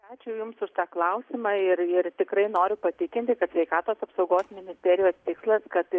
ačiū jums už tą klausimą ir ir tikrai noriu patikinti kad sveikatos apsaugos ministerijos tikslas kad